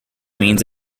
means